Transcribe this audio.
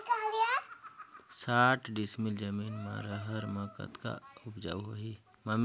साठ डिसमिल जमीन म रहर म कतका उपजाऊ होही?